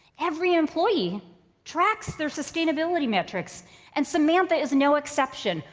every employee tracks their sustainability metrics and samantha is no exception.